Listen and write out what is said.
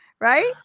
right